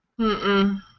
Mm-mm